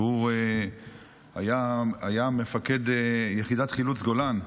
שהיה מפקד יחידת חילוץ גולן,